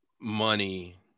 money